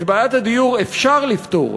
את בעיית הדיור אפשר לפתור,